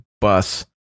bus